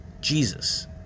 Jesus